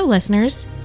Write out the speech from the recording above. listeners